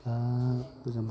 दा गोजां बोथोर